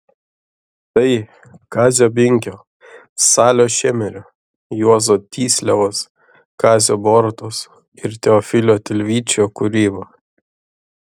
tai kazio binkio salio šemerio juozo tysliavos kazio borutos ir teofilio tilvyčio kūryba